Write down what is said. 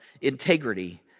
integrity